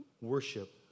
worship